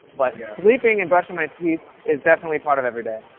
but sleeping and brushing my teeth is definitely part of every day.